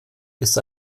ist